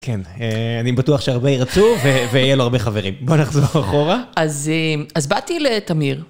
כן, אני בטוח שהרבה ירצו ויהיה לו הרבה חברים. בוא נחזור אחורה. אז באתי לתמיר.